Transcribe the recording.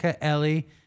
ellie